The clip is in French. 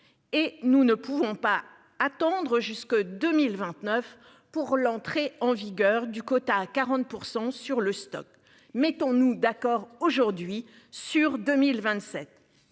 et nous ne pouvons pas attendre jusque 2029 pour l'entrée en vigueur du quota à 40% sur le stock. Mettons-nous d'accord aujourd'hui sur 2027.